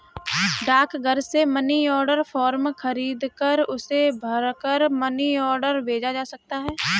डाकघर से money order form खरीदकर उसे भरकर मनी ऑर्डर भेजा जा सकता है